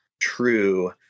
true